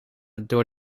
door